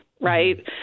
right